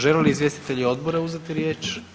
Žele li izvjestitelji odbora uzeti riječ?